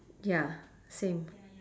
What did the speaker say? ya same